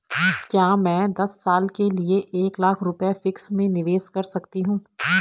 क्या मैं दस साल के लिए एक लाख रुपये फिक्स में निवेश कर सकती हूँ?